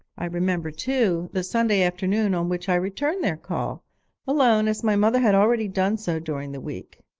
i remember, too, the sunday afternoon on which i returned their call alone, as my mother had already done so during the week.